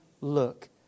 look